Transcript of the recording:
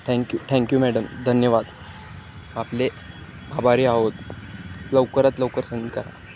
thank you thank you madam धन्यवाद आपले आभारी आहोत लवकरात लवकर सेंड करा